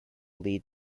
lead